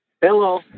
Hello